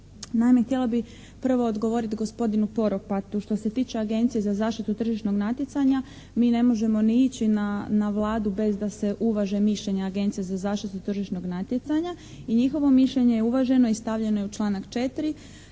htjela bih prvo odgovoriti gospodinu Poropatu. Što se tiče Agencije za zaštitu tržišnog natjecanja mi ne možemo ni ići na Vladu bez da se uvaže mišljenja Agencije za zaštitu tržišnog natjecanja i njihovo mišljenje je uvaženo i stavljeno je u članak 4.